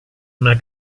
una